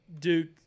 Duke